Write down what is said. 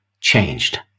changed